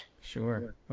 Sure